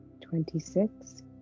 Twenty-six